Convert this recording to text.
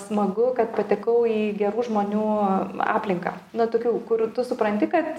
smagu kad patekau į gerų žmonių aplinką na tokių kur tu supranti kad